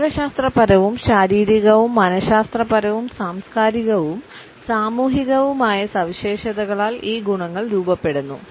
ജീവശാസ്ത്രപരവും ശാരീരികവും മനശാസ്ത്രപരവും സാംസ്കാരികവും സാമൂഹികവുമായ സവിശേഷതകളാൽ ഈ ഗുണങ്ങൾ രൂപപ്പെടുന്നു